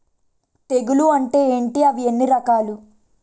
తెగులు అంటే ఏంటి అవి ఎన్ని రకాలు?